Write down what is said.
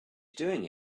doing